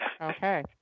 Okay